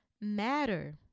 matter